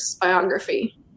biography